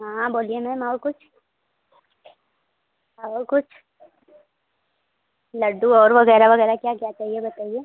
हाँ हाँ बोलिए मैम और कुछ और कुछ लड्डू और वगैरह वगैरह क्या क्या चाहिए बताइए